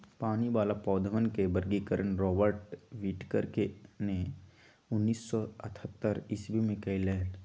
पानी वाला पौधवन के वर्गीकरण रॉबर्ट विटकर ने उन्नीस सौ अथतर ईसवी में कइलय